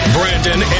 Brandon